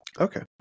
okay